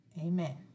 Amen